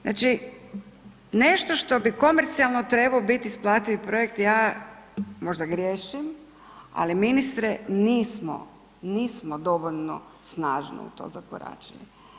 Znači nešto što bi komercijalno trebao biti isplativ projekt, ja možda griješim, ali ministre nismo dovoljno snažno u to zakoračili.